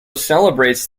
celebrates